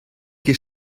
ket